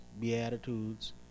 Beatitudes